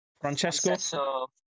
Francesco